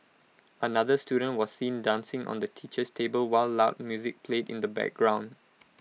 another student was seen dancing on the teacher's table while loud music played in the background